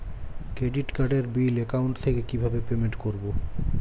Credit কার্ডের bill account থেকে কিভাবে পেমেন্ট করবো?